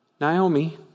Naomi